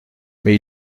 mais